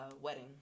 wedding